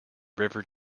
river